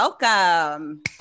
Welcome